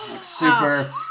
Super